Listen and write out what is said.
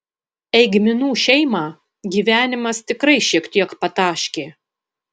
eigminų šeimą gyvenimas tikrai šiek tiek pataškė